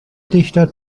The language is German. dichter